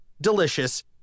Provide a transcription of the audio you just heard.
delicious